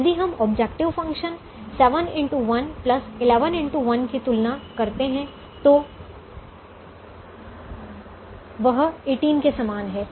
यदि हम objective function की तुलना करते हैं तो वह 18 के समान हैं